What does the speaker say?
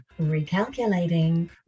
Recalculating